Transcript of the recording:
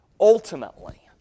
ultimately